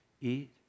Eat